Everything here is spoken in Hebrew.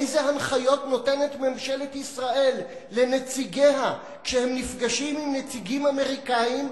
אילו הנחיות נותנת ממשלת ישראל לנציגיה כשהם נפגשים עם נציגים אמריקנים?